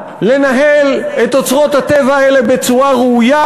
לנהל את אוצרות הטבע האלה בצורה ראויה,